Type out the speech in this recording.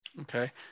Okay